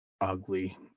ugly